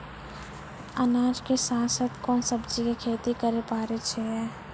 अनाज के साथ साथ कोंन सब्जी के खेती करे पारे छियै?